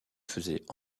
faisaient